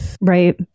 Right